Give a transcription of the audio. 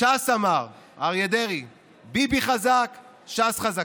ש"ס אמרה, אריה דרעי: ביבי חזק, ש"ס חזקה,